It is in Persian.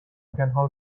پنهان